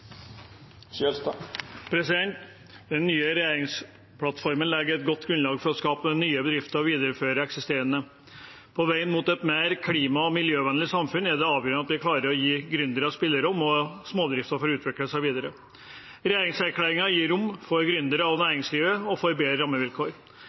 godt. Den nye regjeringsplattformen legger et godt grunnlag for å skape nye bedrifter og videreføre eksisterende. På vei mot et mer klima- og miljøvennlig samfunn er det avgjørende at vi klarer å gi gründere spillerom, og at småbedrifter får utvikle seg videre. Regjeringserklæringen gir rom for